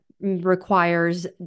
requires